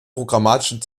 programmatischen